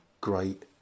great